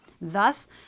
Thus